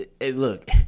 look